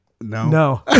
No